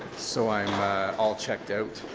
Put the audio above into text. so i'm all checked out.